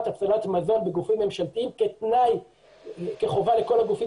הצלת מזון בגופים ממשלתיים כחובה לכל הגופים